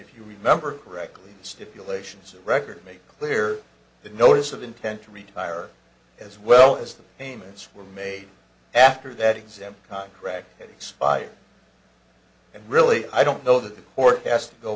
if you remember correctly stipulations of record make clear the notice of intent to retire as well as the payments were made after that exam contract expired and really i don't know that the court as